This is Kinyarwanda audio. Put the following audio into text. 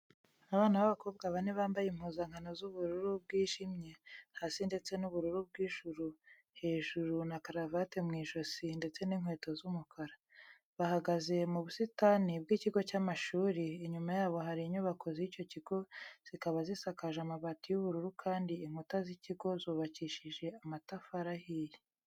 Abana b'abakobwa bane bambaye impuzankano z'ubururu bwijimye hasi ndetse n'ubururu bw'ijuru hejuru na karavate mu ijosi ndetse n'inkweto z'umukara. Bahagaze mu busitani bw'ikigo cy'amashuri, inyuma yabo hari inyubako z'icyo kigo zikaba zisakaje amabati y'ubururu kandi inkuta z'ikigo zubakishije amatafari ahiye.